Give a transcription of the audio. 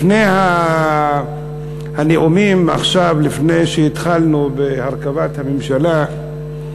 לפני הנאומים, לפני שהתחלנו בהרכבת הממשלה,